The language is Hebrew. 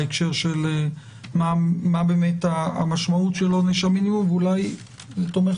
בהקשר של מה באמת המשמעות של עונש המינימום ואולי זה תומך